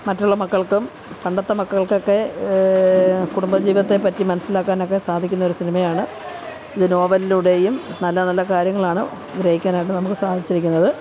മറ്റുള്ള മക്കൾക്കും പണ്ടത്തെ മക്കൾകൊക്കെ കുടുംബ ജീവിതത്തെ പറ്റി മനസിലാക്കാനൊക്കെ സാധിക്കുന്ന ഒരു സിനിമയാണ് ഇത് നോവലിലൂടെയും നല്ല നല്ല കാര്യങ്ങളാണ് ഗ്രഹിക്കാനായിട്ട് നമുക്ക് സാധിച്ചിരിക്കുന്നത്